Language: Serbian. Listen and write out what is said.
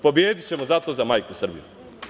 Pobedićemo zato za majku Srbiju!